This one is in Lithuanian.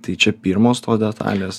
tai čia pirmos to detalės